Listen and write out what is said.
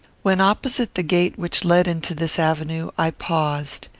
when opposite the gate which led into this avenue, i paused.